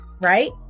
right